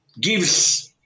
gives